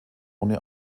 ohne